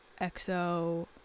EXO